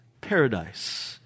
Paradise